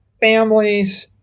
families